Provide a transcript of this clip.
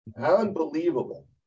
Unbelievable